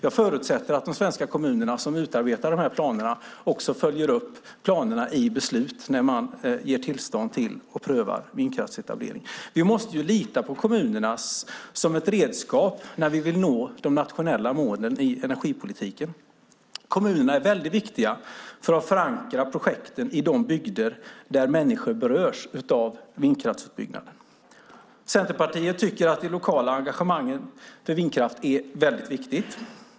Jag förutsätter att de svenska kommuner som utarbetar de här planerna också följer upp planerna i beslut när man prövar och ger tillstånd till vindkraftsetablering. Vi måste lita på kommunerna som ett redskap när vi vill nå de nationella målen i energipolitiken. Kommunerna är väldigt viktiga när det gäller att förankra projekten i de bygder där människor berörs av vindkraftsutbyggnaden. Centerpartiet tycker att det lokala engagemanget för vindkraft är väldigt viktigt.